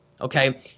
Okay